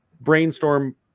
brainstorm